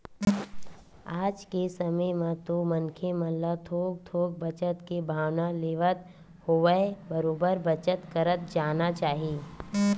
आज के समे म तो मनखे मन ल थोक थोक बचत के भावना लेवत होवय बरोबर बचत करत जाना चाही